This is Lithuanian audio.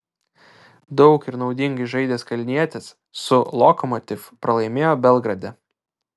daug ir naudingai žaidęs kalnietis su lokomotiv pralaimėjo belgrade